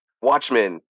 Watchmen